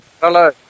hello